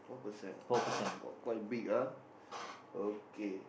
four percent ah !wah! quite big ah okay